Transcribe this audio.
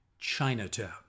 Chinatown